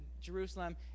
Jerusalem